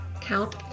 count